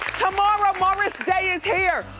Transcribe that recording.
tomorrow morris day is here!